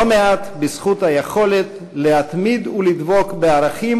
לא מעט בזכות היכולת להתמיד ולדבוק בערכים